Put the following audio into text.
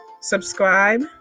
subscribe